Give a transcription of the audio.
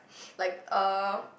like uh